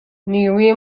نیروی